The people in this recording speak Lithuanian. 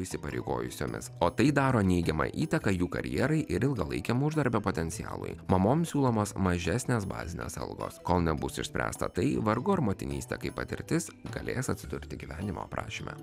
įsipareigojusiomis o tai daro neigiamą įtaką jų karjerai ir ilgalaikiam uždarbio potencialui mamoms siūlomos mažesnės bazinės algos kol nebus išspręsta tai vargu ar motinystė kaip patirtis galės atsidurti gyvenimo aprašyme